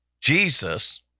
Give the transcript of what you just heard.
Jesus